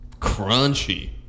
crunchy